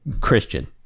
Christian